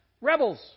rebels